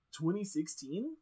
2016